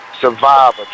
Survivor